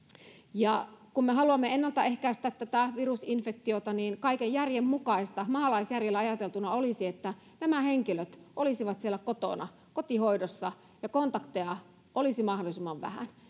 ja kun me haluamme ennaltaehkäistä tätä virusinfektiota niin kaiken järjen mukaista maalaisjärjellä ajateltuna olisi että nämä henkilöt olisivat siellä kotona kotihoidossa ja kontakteja olisi mahdollisimman vähän